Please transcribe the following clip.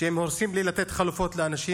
שהם הורסים בלי לתת חלופות לאנשים,